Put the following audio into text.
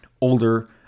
older